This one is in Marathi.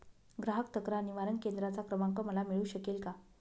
ग्राहक तक्रार निवारण केंद्राचा क्रमांक मला मिळू शकेल का?